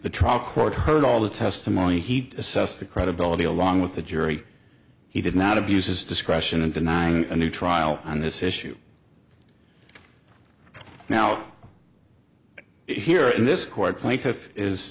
the trial court heard all the testimony heat assess the credibility along with the jury he did not abuse his discretion in denying a new trial on this issue now here in this